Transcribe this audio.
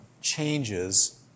changes